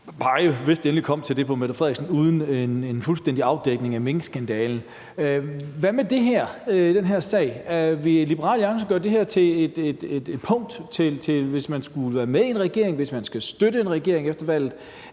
hvis det endelig kom til det, uden en fuldstændig afdækning af minkskandalen. Hvad med den her sag? Vil Liberal Alliance gøre det til et punkt, hvis man skulle være med i en regering, eller hvis man skulle støtte en regering efter valget,